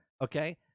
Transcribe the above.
okay